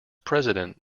president